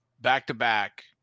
back-to-back